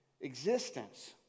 existence